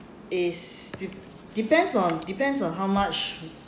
it de~ depends on depends on how much